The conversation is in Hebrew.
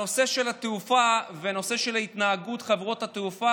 הנושא של התעופה והנושא של התנהגות חברות התעופה